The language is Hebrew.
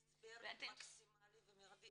אנחנו נותנים הסבר מקסימלי ומירבי.